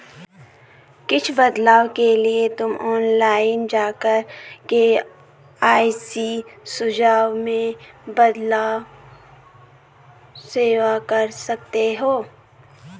कुछ बदलाव के लिए तुम ऑनलाइन जाकर के.वाई.सी सुझाव में बदलाव सेव कर सकते हो